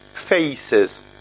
faces